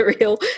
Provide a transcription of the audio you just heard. real